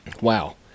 Wow